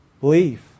belief